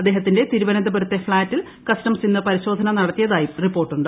അദ്ദേഹത്തിന്റെ തിരുവനന്തപുരത്തെ ഫ്ളാറ്റിൽ കസ്റ്റംസ് ഇന്ന് പരിശോധന നടത്തിയതായും റിപ്പോർട്ടുണ്ട്